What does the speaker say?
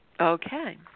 Okay